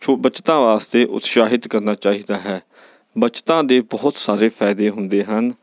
ਸੋ ਬੱਚਤਾਂ ਵਾਸਤੇ ਉਤਸ਼ਾਹਿਤ ਕਰਨਾ ਚਾਹੀਦਾ ਹੈ ਬੱਚਤਾਂ ਦੇ ਬਹੁਤ ਸਾਰੇ ਫਾਇਦੇ ਹੁੰਦੇ ਹਨ